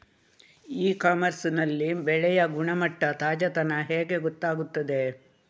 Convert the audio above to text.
E commerce ನಲ್ಲಿ ಬೆಳೆಯ ಗುಣಮಟ್ಟ, ತಾಜಾತನ ಹೇಗೆ ಗೊತ್ತಾಗುತ್ತದೆ?